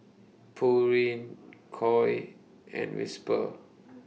Pureen Koi and Whisper